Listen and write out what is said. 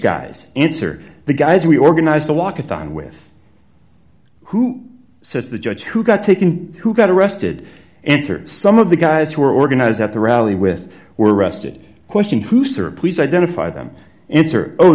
guys answer the guys we organize the walk a thon with who says the judge who got taken who got arrested answered some of the guys who were organized at the rally with were arrested question who served please identify them